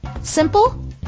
simple